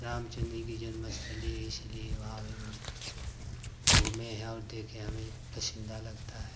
रामचंद जी की जन्मस्थली है इसलिए वहाँ भी घूमें हैं और देखे हैं हमें पसंदीदा लगता है